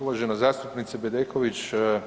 uvažena zastupnice Bedeković.